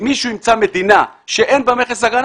אם מישהו ימצא מדינה שאין בה מכס הגנה,